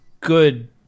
good